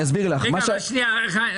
שנייה, דקה.